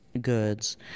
goods